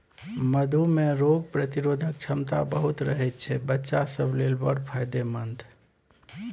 मधु मे रोग प्रतिरोधक क्षमता बहुत रहय छै बच्चा सब लेल बड़ फायदेमंद